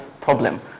Problem